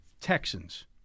Texans